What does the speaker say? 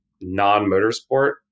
non-motorsport